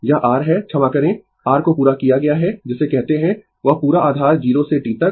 यह r है क्षमा करें r को पूरा किया गया है जिसे कहते है वह पूरा आधार 0 से T तक